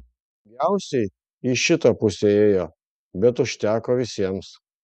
daugiausiai į šitą pusę ėjo bet užteko visiems